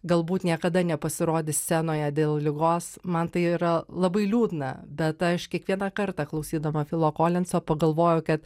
galbūt niekada nepasirodys scenoje dėl ligos man tai yra labai liūdna bet aš kiekvieną kartą klausydama filą kolinsą pagalvoju kad